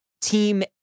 team